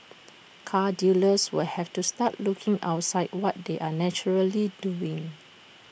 car dealers will have to start looking outside what they are naturally doing